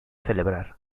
celebrar